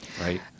right